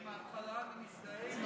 עם ההתחלה אני מזדהה.